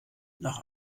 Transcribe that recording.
nach